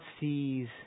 sees